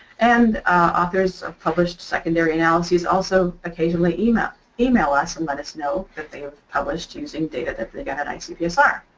and authors published secondary analyses also occasionally email email us and let us know that they have published using data that that they got at icpsr.